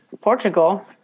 Portugal